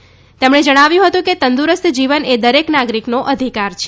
પ્રધાનમંત્રીએ જણાવ્યું હતું કે તંદુરસ્ત જીવન એ દરેક નાગરિકોનો અધિકાર છે